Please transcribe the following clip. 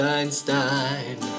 Einstein